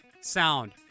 sound